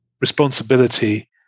responsibility